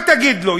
מה תגיד לו?